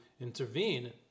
intervene